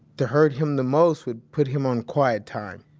to hurt him the most would put him on quiet time,